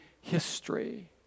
history